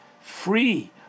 free